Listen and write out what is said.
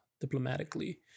diplomatically